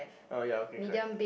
oh ya okay correct